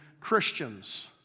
Christians